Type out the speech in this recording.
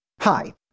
Hi